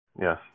Yes